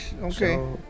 okay